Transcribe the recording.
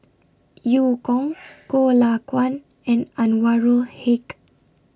EU Kong Goh Lay Kuan and Anwarul Haque